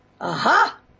Aha